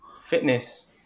fitness